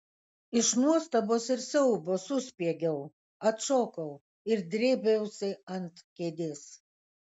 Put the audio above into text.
iš nuostabos ir siaubo suspiegiau atšokau ir drėbiausi ant kėdės